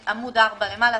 עמ' 4 למעלה.